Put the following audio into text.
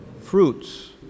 fruits